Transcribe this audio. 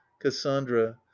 cassandra